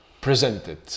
presented